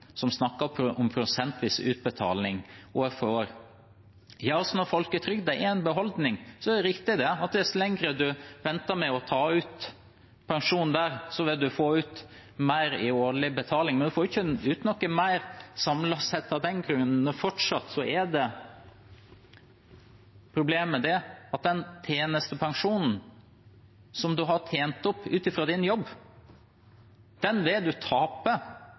om prosentvis utbetaling år for år: Ja, når folketrygden er en beholdning, er det riktig at dess lenger en venter med å ta ut pensjonen der, dess mer vil en få i årlig utbetaling, men en får ikke ut noe mer samlet sett av den grunn. Fortsatt er problemet at den tjenestepensjonen en har tjent opp ut fra jobben sin, vil en tape.